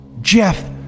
Jeff